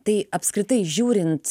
tai apskritai žiūrint